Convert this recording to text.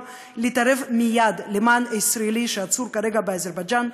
להתערב מיד למען הישראלי שעצור כרגע באזרבייג'ן,